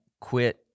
quit